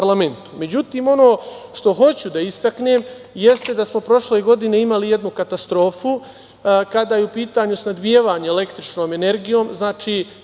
ono što hoću da istaknem jeste da smo prošle godine imali jednu katastrofu, kada je u pitanju snabdevanje električnom energijom.